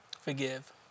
Forgive